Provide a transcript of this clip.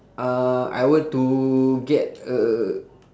uh I want to get a